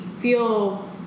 feel